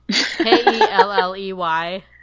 K-E-L-L-E-Y